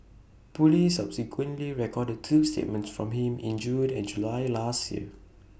Police subsequently recorded two statements from him in June and July last year